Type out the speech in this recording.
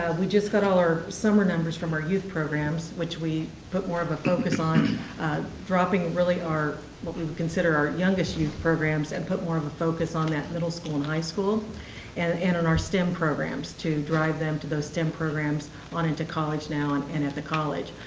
we just got all our summer numbers from our youth programs, which we put more of a focus on dropping really our what we consider our youngest youth programs and put more of a focus on that middle school and high school and in our stem programs, to drive them to those stem programs on into college now and and at the college.